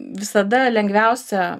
visada lengviausia